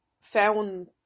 found